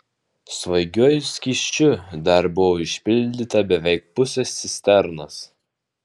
svaigiuoju skysčiu dar buvo užpildyta beveik pusė cisternos